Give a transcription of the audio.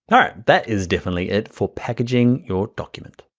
all right, that is definitely it for packaging your document.